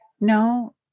No